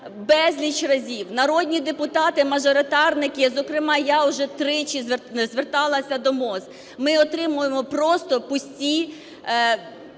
безліч разів, народні депутати мажоритарники, зокрема я, вже тричі зверталася до МОЗ, ми отримуємо просто пусті